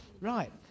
Right